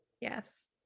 yes